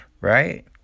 right